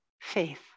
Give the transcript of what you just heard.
faith